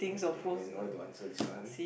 okay then why don't answer this one